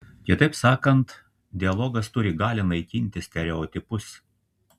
kitaip sakant dialogas turi galią naikinti stereotipus